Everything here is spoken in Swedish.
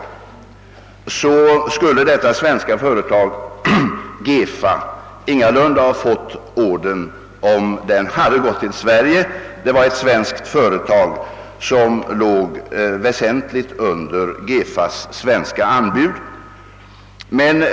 Jag vill framhålla att detta svenska företag — GEFA — ingalunda skulle ha fått ordern om den hade gått till Sverige, eftersom ett annat svenskt företag låg väsentligt under GEFA:s svenska anbud.